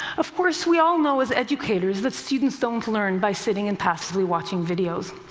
of course, we all know as educators that students don't learn by sitting and passively watching videos.